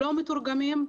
לא מתורגמים.